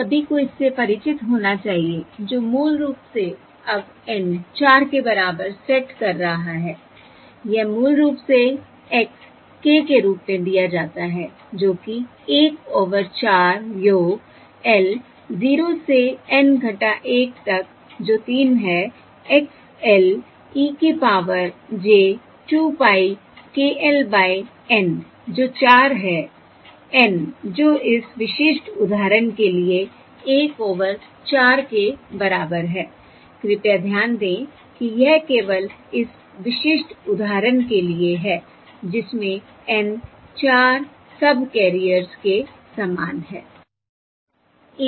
आप सभी को इससे परिचित होना चाहिए जो मूल रूप से अब N चार के बराबर सेट कर रहा है यह मूल रूप से X k के रूप में दिया जाता है जो कि 1 ओवर 4 योग l 0 से N - 1 तक जो 3 है X l e की power j 2 pie k l by Nजो चार है N जो इस विशिष्ट उदाहरण के लिए 1 ओवर 4 के बराबर है कृपया ध्यान दें कि यह केवल इस विशिष्ट उदाहरण के लिए है जिसमे N चार सबकैरियर्स के समान है